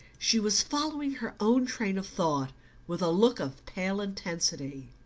she was following her own train of thought with a look of pale intensity.